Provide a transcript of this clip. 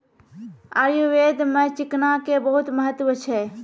आयुर्वेद मॅ चिकना के बहुत महत्व छै